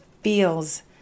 feels